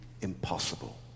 impossible